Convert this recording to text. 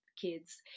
kids